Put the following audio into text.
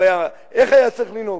איך היה צריך לנהוג,